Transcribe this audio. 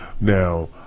now